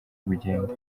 bugende